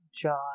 john